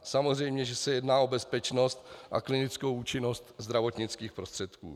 Samozřejmě že se jedná o bezpečnost a klinickou účinnost zdravotnických prostředků.